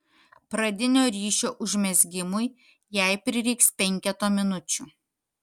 pradinio ryšio užmezgimui jai prireiks penketo minučių